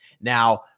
Now